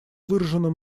выражено